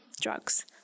drugs